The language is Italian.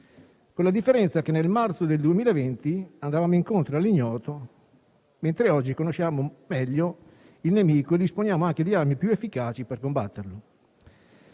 con la differenza che nel marzo del 2020 andavamo incontro all'ignoto mentre oggi conosciamo meglio il nemico e disponiamo anche di armi più efficaci per combatterlo.